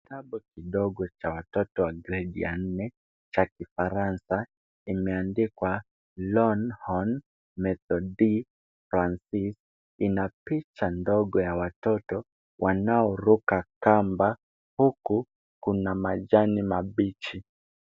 Kitabu kidogo cha a watoto ya gredi ya nne cha kifaransa imeandikwa longhorn method transist ina picha ndogo ya watoto wanaoruka kamba huku kuna majani mabichi.